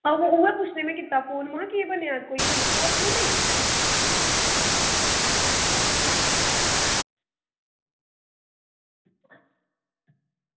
आं बस्स उऐ पुच्छनै हगी कीता में फोन की में हा केह् आक्खदे कोई होई सलाह् जां नेईं